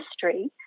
history